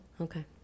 Okay